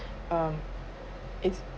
um it's